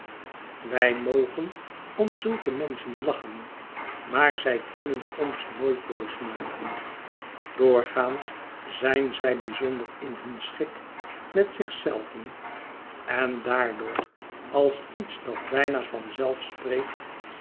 wij mogen om zulke menschen lachen maar zij kunnen ons nooit boos maken doorgaans zijn zij bijzonder in hun schik met zich zelven en daardoor als iets dat bijna van zelf spreekt